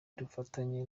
dufatanye